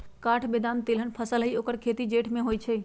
काठ बेदाम तिलहन फसल हई ऐकर खेती जेठ में होइ छइ